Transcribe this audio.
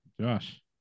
Josh